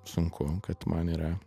sunku kad man yra